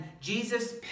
Jesus